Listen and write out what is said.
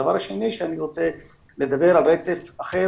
הדבר השני שאני רוצה לדבר על רצף אחר,